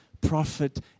prophet